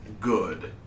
good